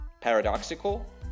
Paradoxical